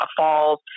falls